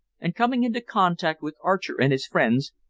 and coming into contact with archer and his friends,